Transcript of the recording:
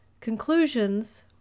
Conclusions